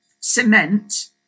cement